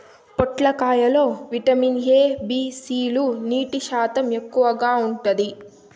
పొట్లకాయ లో vitamin A, B, C లు, నీటి శాతం ఎక్కువగా ఉంటాది